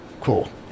Cool